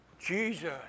Jesus